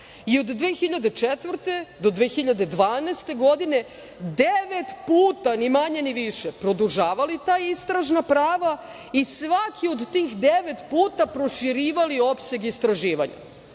I od 2004. do 2012. godine devet puta, ni manje ni više, produžavali ta istražna prava i svaki od tih devet puta proširivali opseg istraživanja. Kao